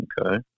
okay